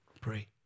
pray